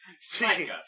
speaking